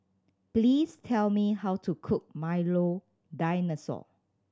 please tell me how to cook Milo Dinosaur